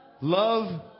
love